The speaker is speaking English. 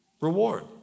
reward